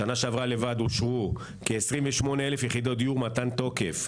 בשנה שעברה לבד אושרו מעל כ-28,000 יחידות דיור מתן תוקף,